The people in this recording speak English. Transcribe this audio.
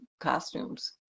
costumes